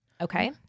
Okay